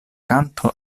kanto